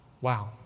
Wow